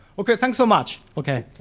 okay, thanks so much. okay.